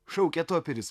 šaukė toperis